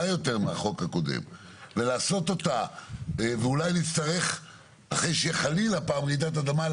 יותר מהחוק הקודם ולעשות אותה ואולי אחרי שחלילה פעם תהיה רעידת אדמה,